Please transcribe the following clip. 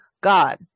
God